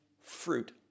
fruit